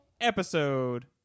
episode